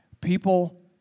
People